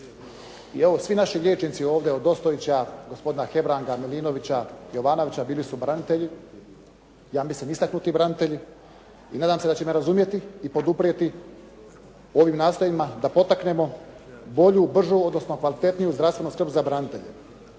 i evo svi naši liječnici ovdje od Ostojića, gospodina Hebranga, Milinovića, Jovanovića, bili su branitelji, ja mislim istaknuti branitelji i nadam se da će me razumjeti i poduprijeti u ovom nastojanjima da potaknemo bolju, bržu, odnosno kvalitetniju zdravstvenu skrb za branitelje.